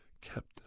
kept